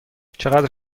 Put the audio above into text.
چقدر